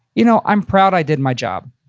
you know i'm proud i did my job.